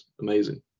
amazing